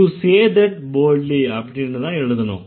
to say that boldly அப்படின்னுதான் எழுதனும்